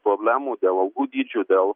problemų dėl algų dydžių dėl